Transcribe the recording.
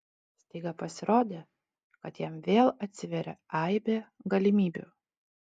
staiga pasirodė kad jam vėl atsiveria aibė galimybių